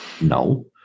No